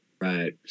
Right